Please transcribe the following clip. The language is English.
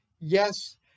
Yes